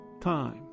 time